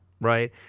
Right